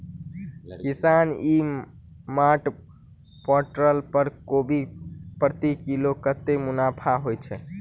किसान e mart portal पर कोबी प्रति किलो कतै मुनाफा होइ छै?